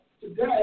today